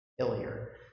failure